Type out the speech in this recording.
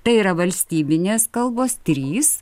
tai yra valstybinės kalbos trys